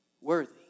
Worthy